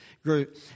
group